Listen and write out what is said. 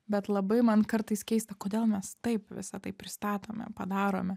bet labai man kartais keista kodėl mes taip visa tai pristatome padarome